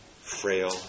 frail